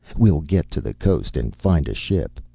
we'll get to the coast and find a ship.